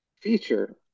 feature